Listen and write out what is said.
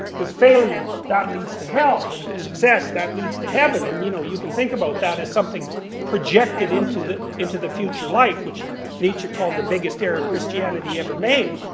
because failure, that leads to hell. and success, that leads to heaven. and you know, you can think about that as something projected into the into the future life, which nietzsche called the biggest error christianity ever made.